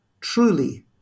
truly